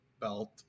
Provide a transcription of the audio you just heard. belt